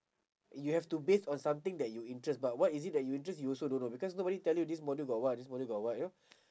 you have to base on something that you interest but what is it that you interest you also don't know because nobody tell you this module got what this module got what you know